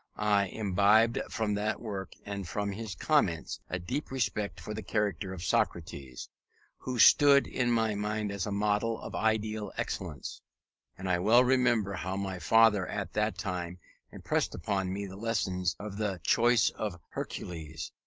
i imbibed from that work and from his comments a deep respect for the character of socrates who stood in my mind as a model of ideal excellence and i well remember how my father at that time impressed upon me the lesson of the choice of hercules.